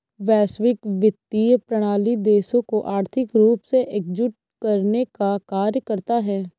वैश्विक वित्तीय प्रणाली देशों को आर्थिक रूप से एकजुट करने का कार्य करता है